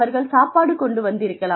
அவர்கள் சாப்பாடு கொண்டு வந்திருக்கலாம்